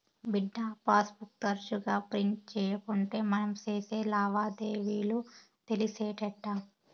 బిడ్డా, passbook తరచుగా print తీయకుంటే మనం సేసే లావాదేవీలు తెలిసేటెట్టా